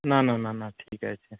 না না না না ঠিক আছে